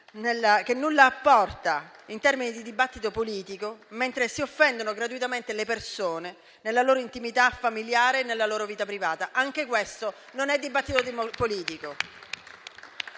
che nulla apporta, in termini di dibattito politico, mentre si offendono gratuitamente le persone nella loro intimità familiare e nella loro vita privata. Anche questo non è dibattito politico.